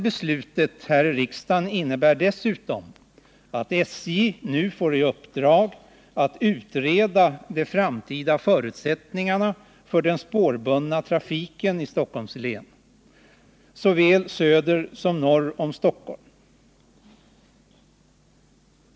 Beslutet innebär dessutom att SJ nu får i uppdrag att utreda de framtida förutsättningarna för den spårbundna trafiken i Stockholms län, såväl söder som norr om Stockholm.